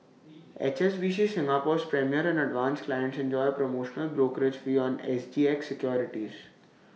H S B C Singapore's premier and advance clients enjoy A promotional brokerage fee on S G X securities